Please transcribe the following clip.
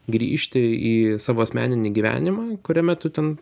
grįžti į savo asmeninį gyvenimą kuriame tu ten